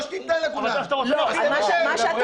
אתה רוצה